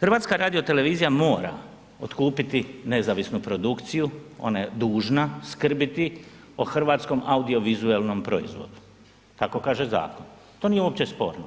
HRT mora otkupiti nezavisnu produkciju, ona je dužna skrbiti o Hrvatskom audiovizualnom proizvodu, tako kaže zakon, to nije uopće sporno,